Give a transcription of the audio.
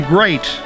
Great